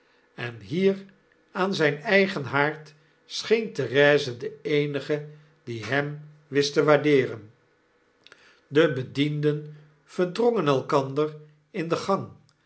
en hieraan zijn eigen haard sctieen therese de eenige die hem wist te waardeeren de bedienden verdrongen elkander in de gang